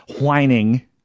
whining